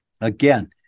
Again